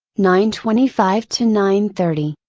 nine twenty five to nine thirty.